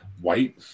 White